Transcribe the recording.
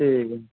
ਅਤੇ